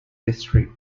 history